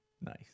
Nice